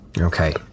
Okay